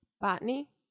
Botany